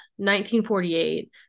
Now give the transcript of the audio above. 1948